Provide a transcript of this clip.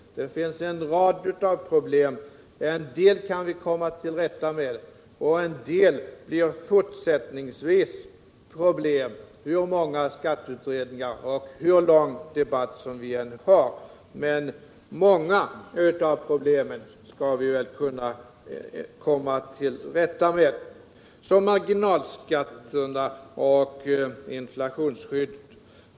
Här finns en rad problem; en del av dem kan vi komma till rätta med, men en del blir fortsättningsvis problem — hur många skatteutredningar och hur långa debatter vi än har. Många av problemen skall vi trots allt komma till rätta med. Så till frågan om marginalskatterna och inflationsskyddet!